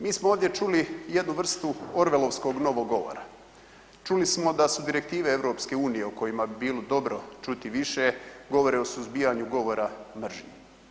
Mi smo ovdje čuli jednu vrstu Orvelovskog novog govora, čuli smo da su direktive EU o kojima bi bilo dobro čuti više govore o suzbijanju govora mržnje.